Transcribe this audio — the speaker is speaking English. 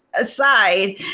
aside